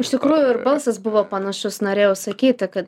iš tikrųjų ir balsas buvo panašus norėjau sakyti kad